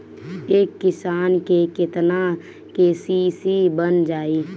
एक किसान के केतना के.सी.सी बन जाइ?